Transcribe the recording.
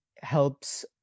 helps